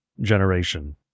generation